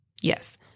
Yes